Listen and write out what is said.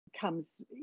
comes